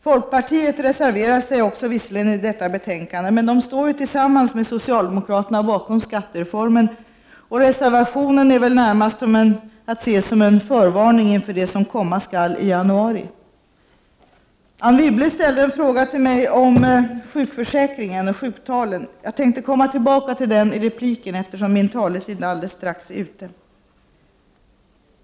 Folkpartiet reserverar sig visserligen också i detta betänkande men står tillsammans med socialdemokraterna bakom skattereformen. Reservationen är väl närmast att se som en förvarning inför det som komma skall i januari. Anne Wibble ställde en fråga till mig om sjukförsäkringen och sjuktalen. Jag tänker komma tillbaka till det i repliken, eftersom min taletid alldeles strax är ute.